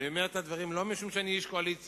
אני אומר את הדברים לא משום שאני איש קואליציה,